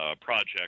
project